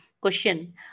question